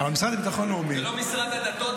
אבל במשרד לביטחון לאומי --- זה לא משרד הדתות,